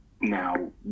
now